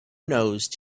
nose